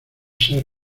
ser